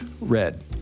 red